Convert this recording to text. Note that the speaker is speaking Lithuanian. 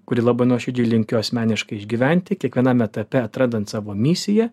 kurį labai nuoširdžiai linkiu asmeniškai išgyventi kiekvienam etape atrandant savo misiją